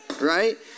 right